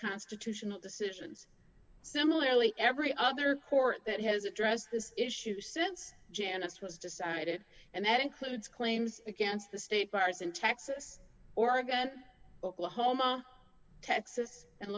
constitutional decisions similarly every other court that has addressed this issue since janice was decided and that includes claims against the state bars in texas oregon oklahoma texas and